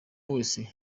wese